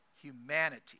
humanity